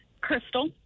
Crystal